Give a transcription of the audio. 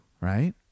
Right